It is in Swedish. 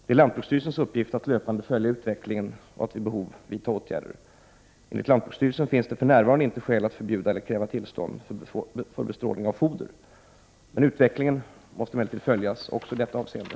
Det är lantbruksstyrelsens uppgift att löpande följa utvecklingen och att vid behov vidta åtgärder. Enligt lantbruksstyrelsen finns det för närvarande inte skäl att förbjuda eller kräva tillstånd för bestrålning av foder. Utvecklingen måste emellertid följas också i detta avseende.